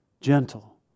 gentle